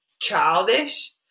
childish